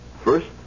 First